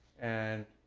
and